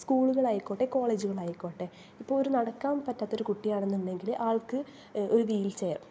സ്കൂളുകളായിക്കോട്ടെ കോളേജുകളായിക്കോട്ടെ ഇപ്പോൾ ഒരു നടക്കാൻ പറ്റാത്തൊര് കുട്ടിയാണെന്നുണ്ടെങ്കില് ആൾക്ക് ഒരു വീൽ ചെയർ